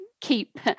keep